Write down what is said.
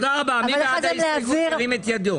מי בעד קבלת ההסתייגות?